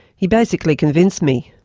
he basically convinced me.